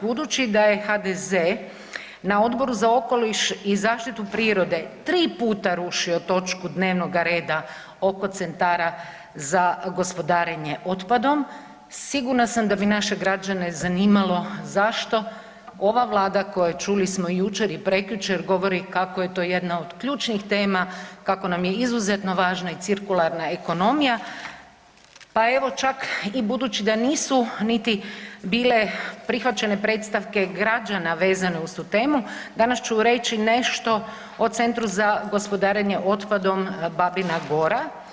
Budući da je HDZ na Odboru za okoliš i zaštitu prirode 3 puta rušio točku dnevnoga reda oko centara za gospodarenje otpadom, sigurna sam da bi naše građane zanimalo zašto ova Vlada koja čuli smo jučer i prekjučer kako je to jedna od ključnih tema, kako nam je izuzetno važno i cirkularna ekonomija, pa evo čak i budući da nisu niti bile prihvaćene predstavke građana vezane uz tu temu danas ću reći nešto o Centru za gospodarenje otpadom Babina gora.